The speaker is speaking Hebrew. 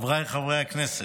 חבריי חברי הכנסת,